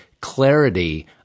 clarity